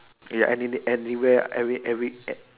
ya and it it anywhere every every ev